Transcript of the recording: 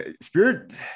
Spirit